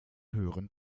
höheren